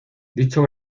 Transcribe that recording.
dicho